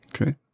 Okay